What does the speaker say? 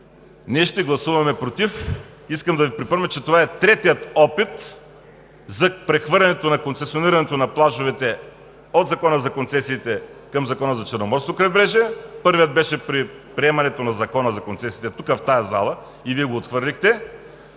Ние ще гласуваме „против“. Искам да Ви припомня, че това е третият опит за прехвърляне на концесионирането на плажовете от Закона за концесиите към Закона за Черноморското крайбрежие. Първият беше при приемането на Закона за концесиите тук, в тази зала, и Вие го отхвърлихте.